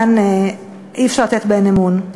אי-אפשר לתת בהן אמון.